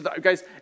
Guys